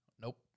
Nope